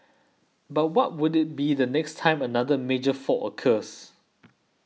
but what would it be the next time another major fault occurs